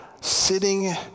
sitting